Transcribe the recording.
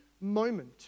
moment